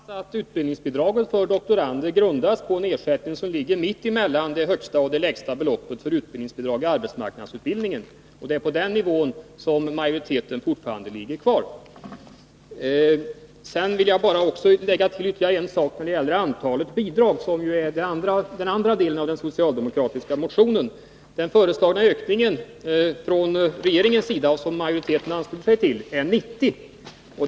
Herr talman! Det bör nämnas att utbildningsbidraget för doktorander grundas på en ersättning som ligger mitt emellan det högsta och det lägsta beloppet för utbildningsbidrag i arbetsmarknadsutbildningen. Det är på den nivån som majoriteten fortfarande ligger kvar. Sedan vill jag bara lägga till ytterligare en sak när det gäller antalet bidrag, som ju också tas upp i den socialdemokratiska motionen. Den av regeringen föreslagna ökningen, som utskottsmajoriteten ansluter sig till, är 90.